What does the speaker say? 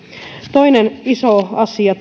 toinen iso asia